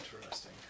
Interesting